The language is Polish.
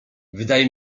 wydaje